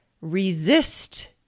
resist